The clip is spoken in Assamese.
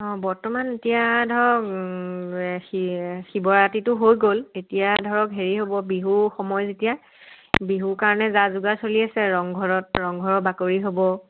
অ' বৰ্তমান এতিয়া ধৰক শি শিৱৰাতিটো হৈ গ'ল তেতিয়া ধৰক হেৰি হ'ব বিহু সময় যেতিয়া বিহুৰ কাৰণে যা যোগাৰ চলি আছে আৰু ৰংঘৰত ৰংঘৰৰ বাকৰিত হ'ব